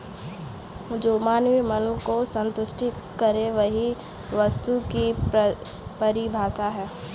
जो मानवीय मन को सन्तुष्ट करे वही वस्तु की परिभाषा है